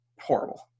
horrible